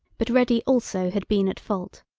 but ready also had been at fault.